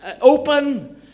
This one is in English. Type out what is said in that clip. open